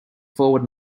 forward